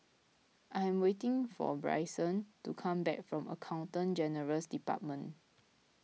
I am waiting for Brycen to come back from Accountant General's Department